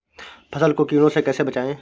फसल को कीड़ों से कैसे बचाएँ?